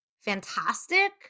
Fantastic